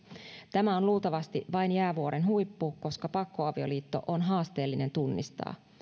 tämä on luultavasti vain jäävuoren huippu koska pakkoavioliitto on haasteellinen tunnistaa